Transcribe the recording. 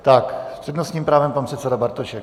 S přednostním právem pan předseda Bartošek.